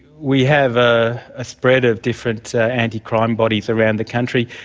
we have ah a spread of different anti-crime bodies around the country.